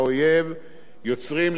יוצרים, לתפיסתנו,